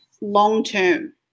long-term